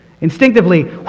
Instinctively